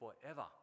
forever